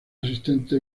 asistente